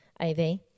AV